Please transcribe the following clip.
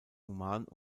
human